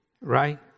right